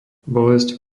bolesť